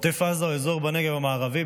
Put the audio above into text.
עוטף עזה הוא אזור בנגב המערבי,